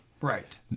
Right